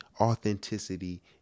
authenticity